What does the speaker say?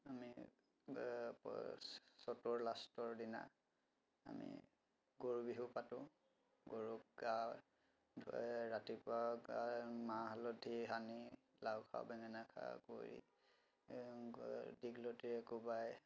আমি চ'তৰ লাষ্টৰ দিনা আমি গৰু বিহু পাতোঁ গৰুক গা ধোৱাই ৰাতিপুৱা গা মাহ হালধি সানি লাও খা বেঙেনা খা কৰি দীঘলতিৰে কোবাই